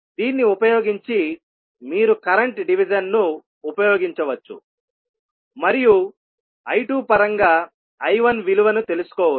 దీన్ని ఉపయోగించి మీరు కరెంట్ డివిజన్ ను ఉపయోగించవచ్చు మరియు I2 పరంగా I1 విలువను తెలుసుకోవచ్చు